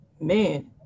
man